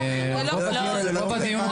רוב הדיון פחות רלוונטי.